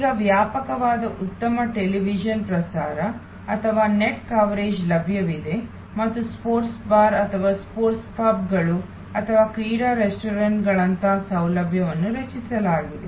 ಈಗ ವ್ಯಾಪಕವಾದ ಉತ್ತಮ ಟೆಲಿವಿಷನ್ ಪ್ರಸಾರ ಅಥವಾ ನೆಟ್ ಕವರೇಜ್ ಲಭ್ಯವಿದೆ ಮತ್ತು ಸ್ಪೋರ್ಟ್ಸ್ ಬಾರ್ ಅಥವಾ ಸ್ಪೋರ್ಟ್ಸ್ ಪಬ್ಗಳು ಅಥವಾ ಕ್ರೀಡಾ ರೆಸ್ಟೋರೆಂಟ್ಗಳಂತಹ ಸೌಲಭ್ಯಗಳನ್ನು ರಚಿಸಲಾಗಿದೆ